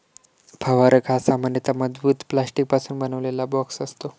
फवारक हा सामान्यतः मजबूत प्लास्टिकपासून बनवलेला बॉक्स असतो